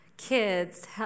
Kids